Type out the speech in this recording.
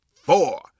four